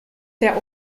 der